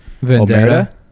Vendetta